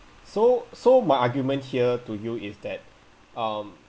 so so my argument here to you is that um